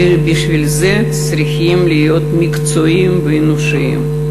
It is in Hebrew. ובשביל זה צריכים להיות מקצועיים ואנושיים.